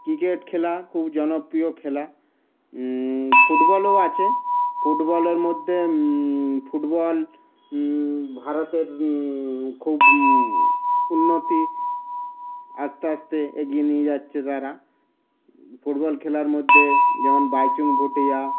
cricket খেলা খুব জনপ্রিয় খেলা ফুটবলও আছে ফুটবলের মধ্যে ফুটবল ভারতের খুব উন্নতি আস্তে আস্তে এগিয়ে নিয়ে যাচ্ছে তারা ফুটবল খেলার মধ্যে যেমন বাইচুং ভুটিয়া